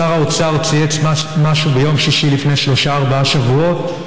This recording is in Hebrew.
שר האוצר צייץ משהו ביום שישי לפני שלושה-ארבעה שבועות,